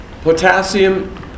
Potassium